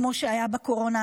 כמו שהיה בקורונה,